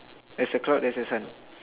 there's a cloud there's a sun